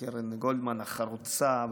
קרן גולדמן החרוצה,